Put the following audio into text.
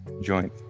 joint